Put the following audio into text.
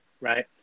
Right